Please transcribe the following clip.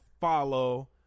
follow